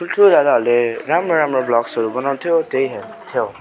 ठुल्ठुलो दादाहरूले राम्रो राम्रो ब्लग्सहरू बनाउँथ्यो त्यही हेर्थ्यो